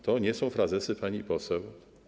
To nie są frazesy, pani poseł.